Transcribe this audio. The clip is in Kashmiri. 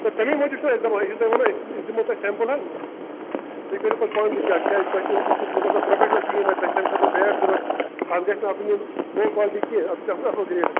ادٕ تَمی موٗجوٗب چھِنَہ أسۍ دَپان أسۍ چھِو تۄہہِ وَنان أسۍ دِمو تۄہہِ سٮ۪مپُل حظ تۄہہِ کٔرِو پت پانہٕ تہِ چیک کیٛازِ تۄہہِ چھو مےٚ باسان پرٛوفٮ۪شنل ٹیٖم آسہِ تَمہِ خٲطرٕ بیٹ ضوٚرت پتہٕ گَژھِ نہٕ آسٕنۍ یہِ لوکالٹی کیٚنٛہہ اَتھ گَژھِ آسٕنۍ اصٕل گریڈ حظ